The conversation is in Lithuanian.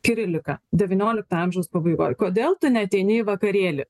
kirilika devyniolikto amžiaus pabaigoj kodėl tu neateini į vakarėlį